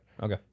okay